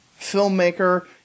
filmmaker